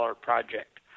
project